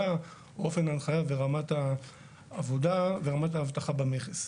אופן ההנחיה ורמת האבטחה במכס.